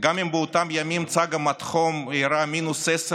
גם אם באותם ימים המדחום הראה מינוס 10